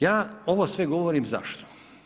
Ja ovo sve govorim zašto?